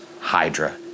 hydra